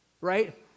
right